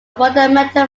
fundamental